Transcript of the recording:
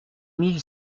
mille